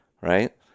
right